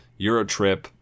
Eurotrip